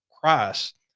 Christ